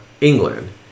England